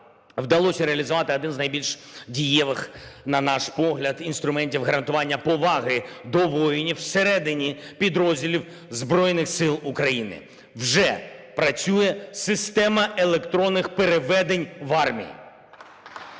вдалося реалізувати один з найбільш дієвих, на наш погляд, інструментів гарантування поваги до воїнів всередині підрозділів Збройних Сил України. Вже працює система електронних переведень в армії.